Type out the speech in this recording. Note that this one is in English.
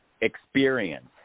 experience